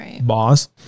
boss